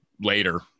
later